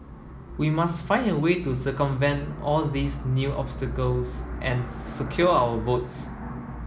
we must find a way to circumvent all these new obstacles and secure our votes